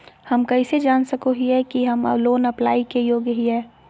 हम कइसे जान सको हियै कि हम लोन अप्लाई के योग्य हियै?